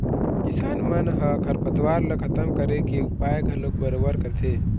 किसान मन ह खरपतवार ल खतम करे के उपाय घलोक बरोबर करथे